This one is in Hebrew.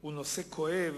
הוא באמת נושא כואב,